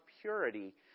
purity